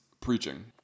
preaching